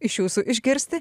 iš jūsų išgirsti